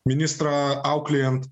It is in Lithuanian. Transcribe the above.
ministrą auklėjant